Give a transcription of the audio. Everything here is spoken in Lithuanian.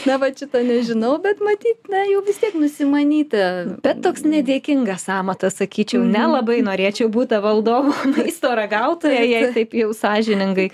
na vat šito nežinau bet matyt na jau vis tiek nusimanyta bet toks nedėkingas amatas sakyčiau nelabai norėčiau būt ta valdovo maisto ragautoja jei taip jau sąžiningai